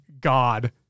God